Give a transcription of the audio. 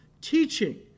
teaching